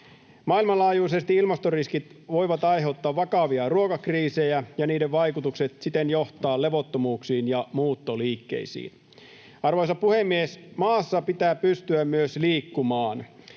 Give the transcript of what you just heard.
Maailmanlaajuisesti ilmastoriskit voivat aiheuttaa vakavia ruokakriisejä ja niiden vaikutukset siten johtaa levottomuuksiin ja muuttoliikkeisiin. Arvoisa puhemies! Maassa pitää pystyä myös liikkumaan.